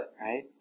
right